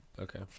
Okay